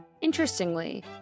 Interestingly